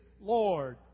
Lord